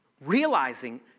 realizing